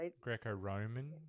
Greco-Roman